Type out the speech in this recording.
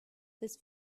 this